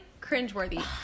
cringeworthy